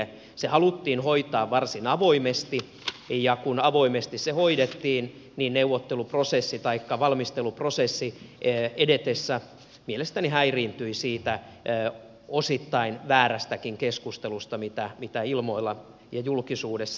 se haluttiin hoitaa varsin avoimesti ja kun se avoimesti hoidettiin niin valmisteluprosessi edetessään mielestäni häiriintyi siitä osittain väärästäkin keskustelusta mitä ilmoilla ja julkisuudessa oli